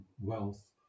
wealth